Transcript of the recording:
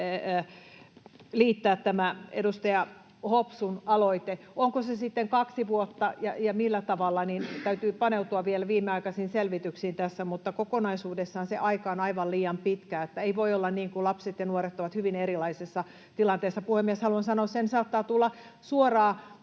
liittää tämä edustaja Hopsun aloite. Onko se sitten kaksi vuotta ja millä tavalla? Täytyy paneutua vielä viimeaikaisiin selvityksiin tässä, mutta kokonaisuudessaan se aika on aivan liian pitkä. Ei voi olla niin, että lapset ja nuoret ovat hyvin erilaisessa tilanteessa. Puhemies! Haluan sanoa sen, että saattaa tulla suoraan